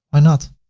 why not?